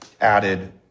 added